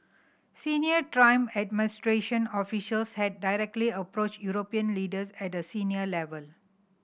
Senior Trump administration officials had directly approached European leaders at a senior level